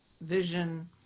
vision